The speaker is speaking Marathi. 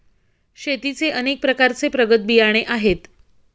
शेतीचे अनेक प्रकारचे प्रगत बियाणे आहेत